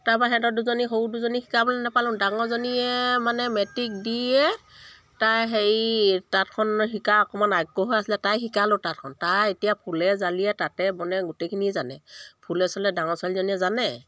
তাৰপৰা সিহঁতৰ দুজনী সৰু দুজনীক শিকাবলৈ নাপালোঁ ডাঙৰজনীয়ে মানে মেট্ৰিক দিয়ে তাই হেৰি তাঁতখন শিকাৰ অকমান আগ্ৰহো আছিলে তাইক শিকালোঁ তাঁতখন তাই এতিয়া ফুলে জালিয়ে তাতে বনে গোটেইখিনি জানে ফুলে চুলে ডাঙৰ ছোৱালীজনীয়ে জানে